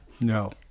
No